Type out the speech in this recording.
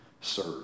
serve